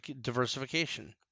diversification